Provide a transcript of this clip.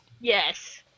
Yes